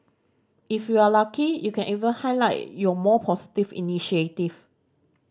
if you are lucky you can even highlight your more positive initiative